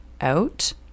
out